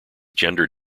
gender